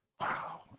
Wow